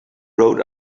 rode